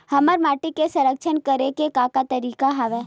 हमर माटी के संरक्षण करेके का का तरीका हवय?